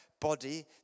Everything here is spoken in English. body